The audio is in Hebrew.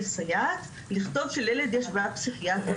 סייעת לכתוב שלילד יש בעיה פסיכיאטרית.